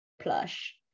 plush